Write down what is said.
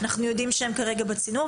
אנחנו יודעים שהן כרגע בצינור.